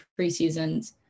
preseasons